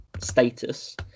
status